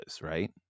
right